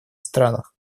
странах